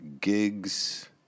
Gigs